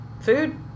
food